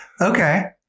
Okay